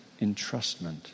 entrustment